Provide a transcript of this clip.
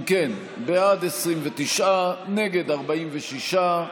אם כן, בעד, 29, נגד, 46,